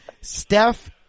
Steph